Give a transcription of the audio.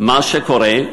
מה שקורה,